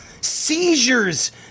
Seizures